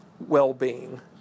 well-being